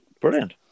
brilliant